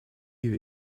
you